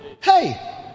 Hey